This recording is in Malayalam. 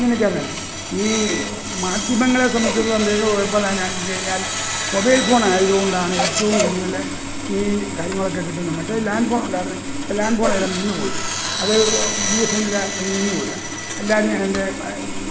ഇങ്ങനെയൊക്കെ ആയിരുന്നു ഈ മാധ്യമങ്ങളെ സംബന്ധിച്ചിടത്തോളം വലിയ കുഴപ്പം എന്നാ എന്ന് ചോദിച്ച് കഴിഞ്ഞാൽ മൊബൈൽ ഫോൺ ആയതുകൊണ്ടാണ് ഏറ്റവും കൂടുതൽ ഈ കാര്യങ്ങളൊക്കെ കിട്ടുന്നത് മറ്റേത് ലാൻഡ് ഫോൺ ഉണ്ടായിരുന്നു ഇപ്പോൾ ലാൻഡ് ഫോൺ എല്ലാം നിന്നുപോയി അത് ബി എസ് എൻ എൽ നിന്നുപോയി എല്ലാവരും അതിൻ്റെ